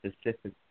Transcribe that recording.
specific